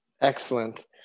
Excellent